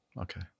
Okay